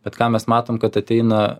bet ką mes matom kad ateina